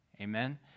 Amen